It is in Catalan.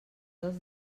dels